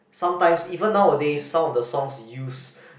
sometimes even nowadays some of the songs use